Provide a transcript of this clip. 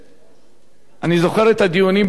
אני זוכר את הדיונים בוועדת הכספים,